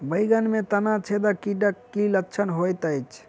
बैंगन मे तना छेदक कीटक की लक्षण होइत अछि?